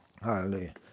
Hallelujah